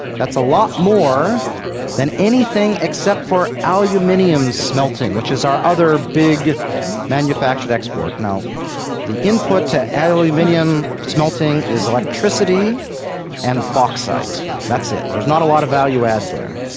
that's a lot more than anything except for aluminium smelting which is our other big manufactured export. the import to aluminium smelting is electricity and bauxite, that's it, there's not a lot of value-add there.